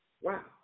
Wow